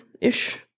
ish